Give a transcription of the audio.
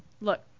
look